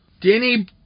Danny